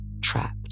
trapped